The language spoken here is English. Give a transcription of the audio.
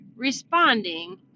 responding